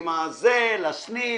לסניף,